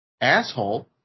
asshole